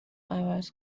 عوض